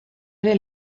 ere